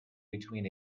between